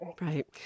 Right